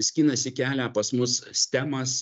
skinasi kelią pas mus stemas